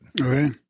Okay